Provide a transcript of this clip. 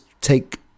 take